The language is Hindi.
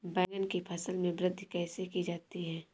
बैंगन की फसल में वृद्धि कैसे की जाती है?